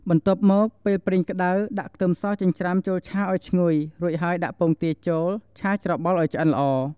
បន្ទាប់់មក ពេលប្រេងក្តៅ ដាក់ខ្ទឹមសចិញ្ច្រាំចូលឆាឱ្យឈ្ងុយ រួចហើយដាក់ពងទាចូល ឆាច្របល់ឱ្យឆ្អិនល្អ។